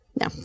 No